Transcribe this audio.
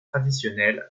traditionnel